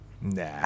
Nah